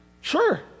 Sure